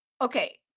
okay